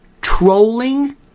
trolling